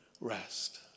rest